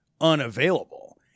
unavailable